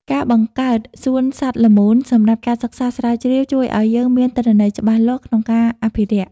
ការបង្កើតសួនសត្វល្មូនសម្រាប់ការសិក្សាស្រាវជ្រាវ ជួយឱ្យយើងមានទិន្នន័យច្បាស់លាស់ក្នុងការអភិរក្ស។